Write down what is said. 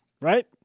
right